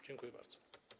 Dziękuję bardzo.